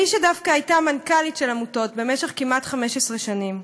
דווקא כמי שהייתה מנכ"לית של עמותות במשך 15 שנים,